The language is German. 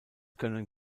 können